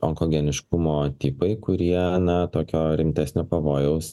onkogeniškumo tipai kurie na tokio rimtesnio pavojaus